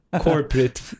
corporate